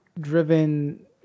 driven